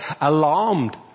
alarmed